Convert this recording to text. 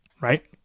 right